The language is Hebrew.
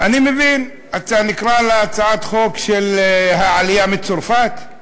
אני מבין, נקרא לה הצעת חוק של העלייה מצרפת?